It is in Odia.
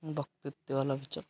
ବକ୍ତିତ୍ୟ ବାଲା ପିକ୍ଚର୍